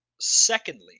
Secondly